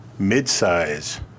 midsize